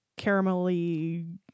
caramelly